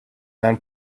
non